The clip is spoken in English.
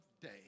day